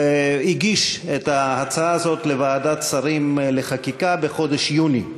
הגיש את ההצעה הזאת לוועדת שרים לחקיקה בחודש יוני,